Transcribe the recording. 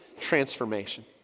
transformation